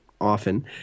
often